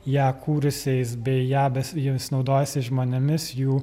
ją kūrusiais bei ja besi jos naudojasi žmonėmis jų